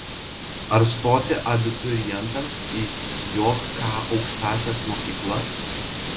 ar stoti abiturientams į jk aukštąsias mokyklas